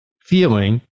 feeling